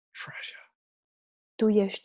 treasure